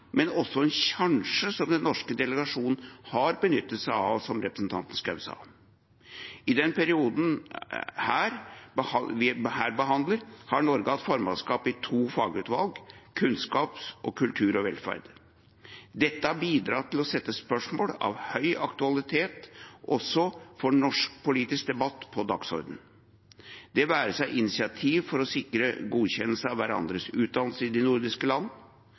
men også en sjanse som den norske delegasjonen har benyttet seg av, som representanten Schou sa. I den perioden vi her behandler, har Norge hatt formannskap i to fagutvalg, utvalget for kunnskap og kultur og utvalget for velferd. Dette har bidratt til å sette spørsmål av høy aktualitet også for norsk politisk debatt på dagsordenen, det være seg initiativ for å sikre godkjennelse av hverandres utdannelse i de nordiske land,